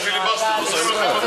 יש פיליבסטר, לא,